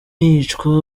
yicwa